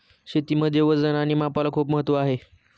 शेतीमध्ये वजन आणि मापाला खूप महत्त्व आहे